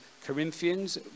Corinthians